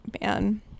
man